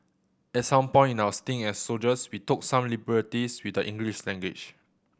at some point in our stint as soldiers we took some liberties with the English language